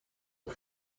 and